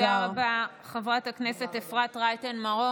תודה רבה, חברת הכנסת אפרת רייטן מרום.